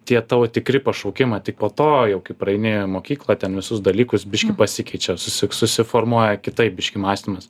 tie tavo tikri pašaukimai tai po to jau kai praeini mokyklą ten visus dalykus biškį pasikeičia susik susiformuoja kitaip biškį mąstymas